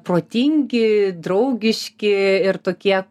protingi draugiški ir tokie